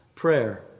Prayer